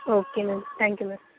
okay ma'am thank you ma'am